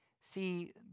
See